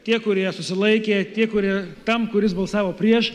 tie kurie susilaikė tie kurie tam kuris balsavo prieš